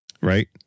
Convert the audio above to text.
Right